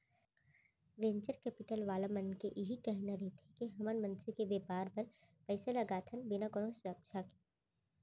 venture capital वाला मन के इही कहिना रहिथे के हमन मनसे के बेपार बर पइसा लगाथन बिना कोनो सुरक्छा के